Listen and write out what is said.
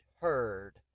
heard